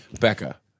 Becca